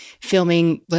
filming